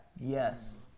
Yes